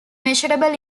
measurable